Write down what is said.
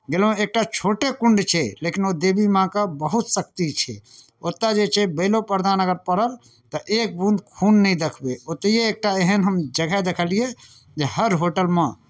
गेलहुँ एकटा छोटे कुण्ड छै लेकिन ओ देवी माँके बहुत शक्ति छै ओतय जे छै बलिओ प्रदान अगर पड़ल तऽ एक बूँद खून नहि देखबै ओतहिए एकटा एहन हम जगह देखलियै जे हर होटलमे